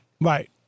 Right